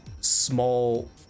small